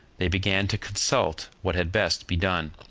they began to consult what had best be done.